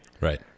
Right